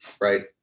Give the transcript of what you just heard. right